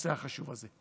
בנושא החשוב הזה.